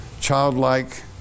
childlike